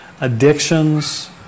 addictions